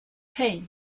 hey